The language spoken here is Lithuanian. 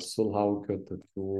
sulaukiu tokių